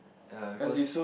ya because